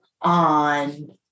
on